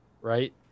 right